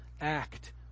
act